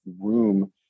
room